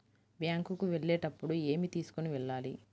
Bank కు వెళ్ళేటప్పుడు ఏమి తీసుకొని వెళ్ళాలి?